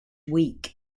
week